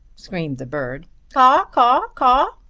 screamed the bird caw caw caw.